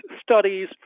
studies